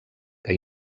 que